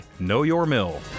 KnowYourMill